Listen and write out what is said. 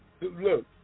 Look